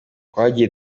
twagiye